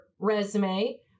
resume